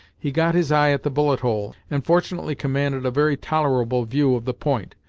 he got his eye at the bullet hole, and fortunately commanded a very tolerable view of the point.